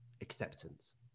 acceptance